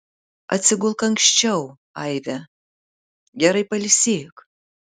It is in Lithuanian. atsigulk anksčiau aive gerai pailsėk